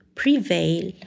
prevail